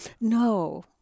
No